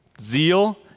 Zeal